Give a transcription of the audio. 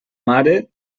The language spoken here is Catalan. mare